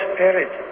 Spirit